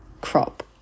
crop